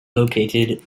located